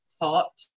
taught